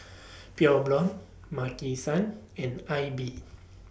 Pure Blonde Maki San and AIBI